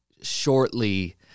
shortly